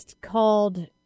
called